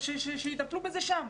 שיטפלו בזה שם.